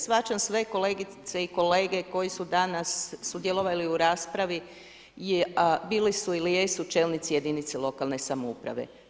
Shvaćam sve kolegice i kolege koji su danas sudjelovali u raspravi, bili su ili jesu čelnici lokalne samouprave.